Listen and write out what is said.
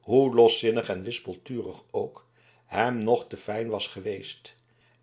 hoe loszinnig en wispelturig ook hem nog te fijn was geweest